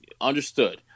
Understood